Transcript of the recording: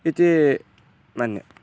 इति मन्ये